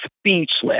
Speechless